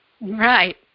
Right